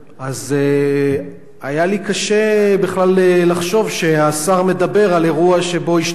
היה לי קשה בכלל לחשוב שהשר מדבר על אירוע שבו השתתפתי.